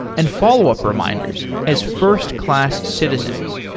and follow-up reminders as first-class citizens.